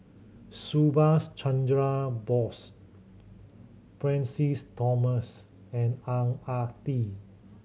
Subhas Chandra Bose Francis Thomas and Ang Ah Tee